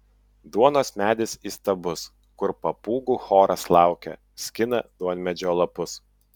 duonos medis įstabus kur papūgų choras laukia skina duonmedžio lapus